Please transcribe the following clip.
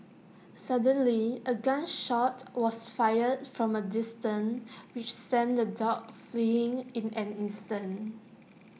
suddenly A gun shot was fired from A distance which sent the dogs fleeing in an instant